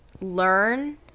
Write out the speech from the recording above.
learn